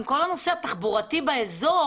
גם כל הנושא התחבורתי באזור.